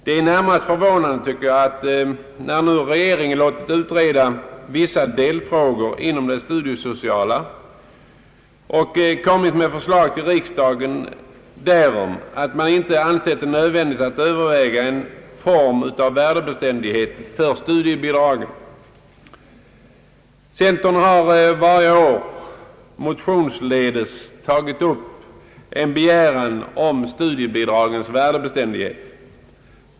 Det är närmast förvånande, tycker jag, att när nu regeringen har låtit utreda vissa delfrågor inom det studiesociala området och kommit med förslag till riksdagen därom regeringen inte ansett det nödvändigt att överväga en form av värdebeständighet för studiebidragen. Centern har varje år motionsledes tagit upp en begäran om studiebidragens värdebeständighet.